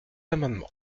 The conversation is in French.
amendement